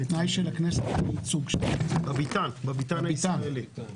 שלכנסת יהיה ייצוג בביתן הישראלי.